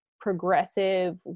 progressive